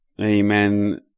Amen